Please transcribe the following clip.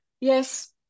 yes